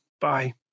Bye